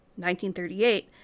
1938